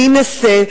להינשא,